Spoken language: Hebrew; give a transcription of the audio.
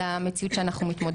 ואם זה הנושא של המצלמות,